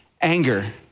anger